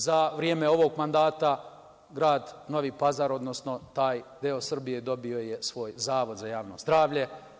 Za vreme ovog mandata grad Novi Pazar, odnosno taj deo Srbije je dobio svoj Zavod za javno zdravlje.